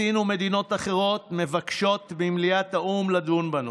סין ומדינות אחרות מבקשות במליאת האו"ם לדון בנושא.